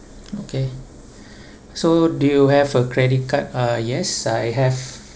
okay so do you have a credit card uh yes I have